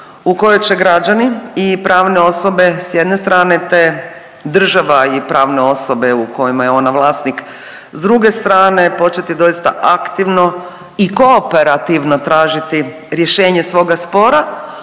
u kojoj će građani i pravne osobe s jedne strane, te država i pravne osobe u kojima je ona vlasnik s druge strane početi doista aktivno i kooperativno tražiti rješenje svoga spora,